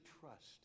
trust